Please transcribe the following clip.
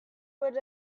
with